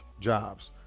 jobs